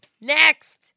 Next